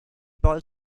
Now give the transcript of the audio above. boiled